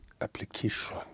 application